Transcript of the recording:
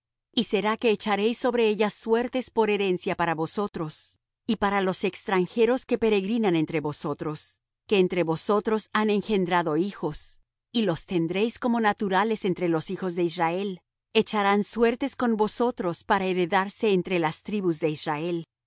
y será que echaréis sobre ella suertes por herencia para vosotros y para los extranjeros que peregrinan entre vosotros que entre vosotros han engendrado hijos y los tendréis como naturales entre los hijos de israel echarán suertes con vosotros para heredarse entre las tribus de israel